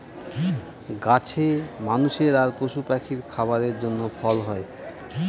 গাছে মানুষের আর পশু পাখির খাবারের জন্য ফল হয়